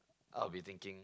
I will be thinking